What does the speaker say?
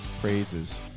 praises